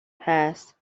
passed